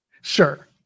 sure